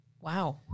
Wow